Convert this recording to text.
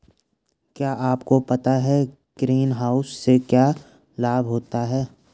क्या आपको पता है ग्रीनहाउस से क्या लाभ होता है?